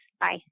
Bye